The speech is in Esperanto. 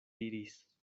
diris